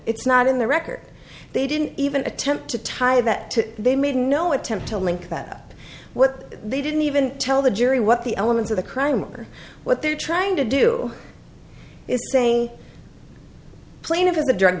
it's not in the record they didn't even attempt to tie that to they made no attempt to link that up what they didn't even tell the jury what the elements of the crime are what they're trying to do is say plaintiff of the drug